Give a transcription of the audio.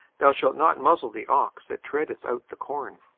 thou shalt not muzzle the ox that treadeth out the corn.